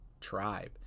tribe